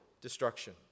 destruction